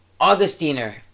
Augustiner